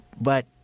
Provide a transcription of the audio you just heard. But-